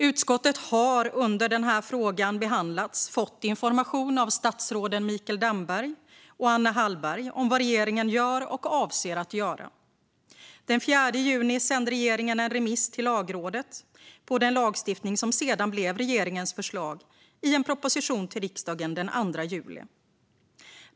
Utskottet har under tiden som denna fråga behandlats fått information av statsråden Mikael Damberg och Anna Hallberg om vad regeringen gör och avser att göra. Den 4 juni sände regeringen en remiss till Lagrådet om den lagstiftning som sedan blev regeringens förslag i en proposition till riksdagen den 2 juli.